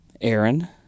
Aaron